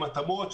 עם התאמות,